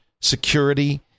security